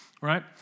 right